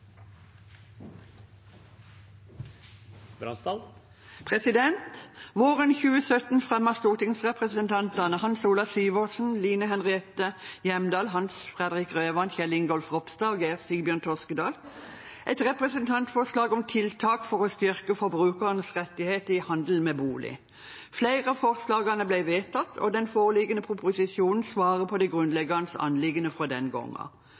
Kristelig Folkeparti. Våren 2017 fremmet stortingsrepresentantene Hans Olav Syversen, Line Henriette Hjemdal, Hans Fredrik Grøvan, Kjell Ingolf Ropstad og Geir Sigbjørn Toskedal et representantforslag om tiltak for å styrke forbrukernes rettigheter i handel med bolig. Flere av forslagene ble vedtatt, og den foreliggende proposisjonen svarer på de grunnleggende anliggendene fra den gangen.